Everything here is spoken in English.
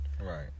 Right